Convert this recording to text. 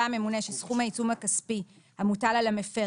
הממונה שסכום העיצום הכספי המוטל על המפר,